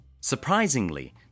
Surprisingly